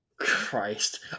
Christ